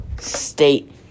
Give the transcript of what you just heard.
State